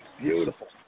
Beautiful